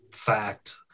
fact